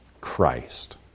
Christ